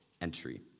entry